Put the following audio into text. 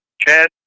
Chad